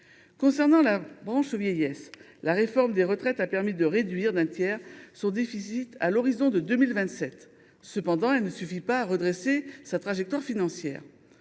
Concernant la branche vieillesse, la réforme des retraites a permis de réduire d’un tiers son déficit à l’horizon de 2027 ; cependant, elle ne suffit pas à en redresser la trajectoire financière.